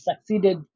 succeeded